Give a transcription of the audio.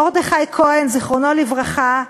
מרדכי כהן זיכרונו לברכה,